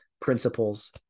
principles